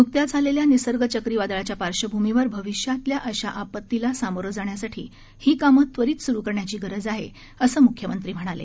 न्कत्याच आलेल्या निसर्ग चक्रीवादळाच्या पार्श्वभूमीवर भविष्यातील अशा आपतीला सामोरे जाण्यासाठी ही कामे त्वरित सुरु करण्याची गरज आहे असे मुख्यमंत्री म्हणाले